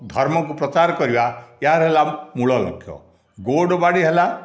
ଧର୍ମକୁ ପ୍ରଚାର କରିବା ଏହାର ହେଲା ମୂଳଲକ୍ଷ୍ୟ ଗୌଡ଼ବାଡ଼ି ହେଲା